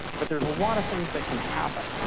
but there's a lot of things that can happen.